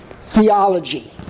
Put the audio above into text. theology